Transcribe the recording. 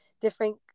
different